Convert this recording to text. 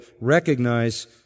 recognize